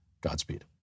Godspeed